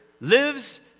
lives